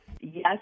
yes